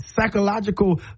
psychological